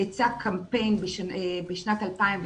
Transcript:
יצא קמפיין בשנת 2019,